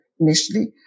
initially